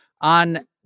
on